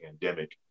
pandemic